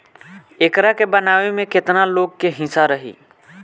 एकरा के बनावे में केतना लोग के हिस्सा रही